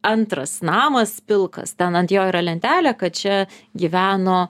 antras namas pilkas ten ant jo yra lentelė kad čia gyveno